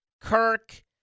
Kirk